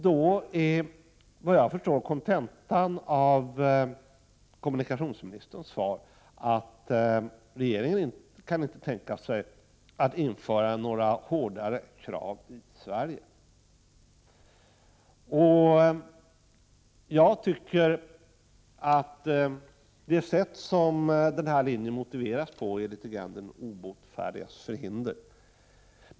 Såvitt jag förstår är kontentan av kommunikationsministerns svar att regeringen inte kan tänka sig att införa några hårdare krav i Sverige. Jag tycker att det sätt på vilket den här linjen motiveras är litet grand av den obotfärdiges förhinder.